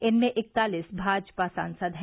इनमें इकतालिस भाजपा सांसद हैं